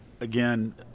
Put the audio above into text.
again